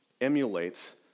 emulates